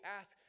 ask